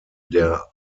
der